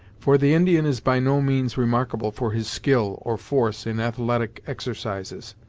for the indian is by no means remarkable for his skill, or force, in athletic exercises.